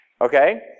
Okay